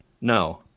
No